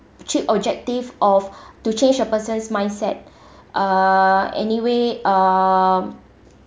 cheap objective of to change a person's mindset uh anyway um